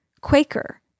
Quaker